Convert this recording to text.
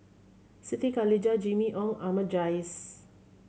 Siti Khalijah Jimmy Ong Ahmad Jais